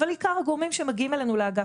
אבל עיקר הגורמים שמגיעים אלינו לאגף